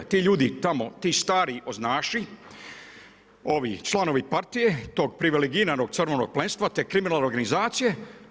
Ti ljudi tamo, ti stari oznaši ovi članovi partije, tog privilegiranog crvenog plemstva, te kriminalne organizacije.